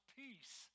peace